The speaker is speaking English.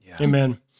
Amen